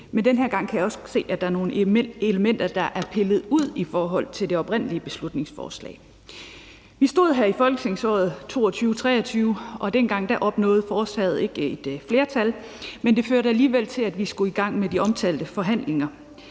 Men den her gang kan jeg også se, at der er nogle elementer, der er pillet ud i forhold til det oprindelige beslutningsforslag. Vi stod her i folketingsåret 2022-23, og dengang opnåede forslaget ikke et flertal, men det førte alligevel til, at vi skulle i gang med de omtalte forhandlinger.